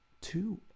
two